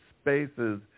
spaces